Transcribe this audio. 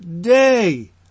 day